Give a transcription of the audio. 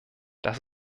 das